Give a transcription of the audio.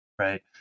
Right